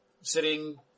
sitting